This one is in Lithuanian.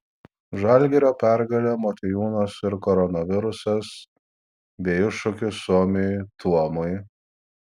žalgirio pergalė motiejūnas ir koronavirusas bei iššūkis suomiui tuomui